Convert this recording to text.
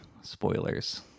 spoilers